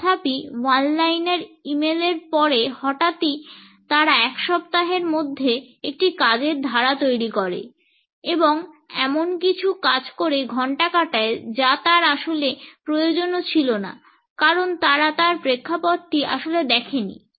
তথাপি one liner email এর পরে হঠাৎই তারা এক সপ্তাহের মধ্যে একটি কাজের ধারা তৈরি করে এবং এমন কিছু কাজ করে ঘন্টা কাটায় যা তার আসলে প্রয়োজনও ছিল না কারণ তারা তার প্রেক্ষাপটটি আসলে দেখেনি